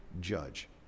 judge